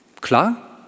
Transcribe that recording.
»Klar?«